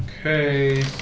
Okay